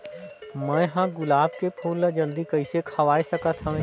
मैं ह गुलाब के फूल ला जल्दी कइसे खवाय सकथ हवे?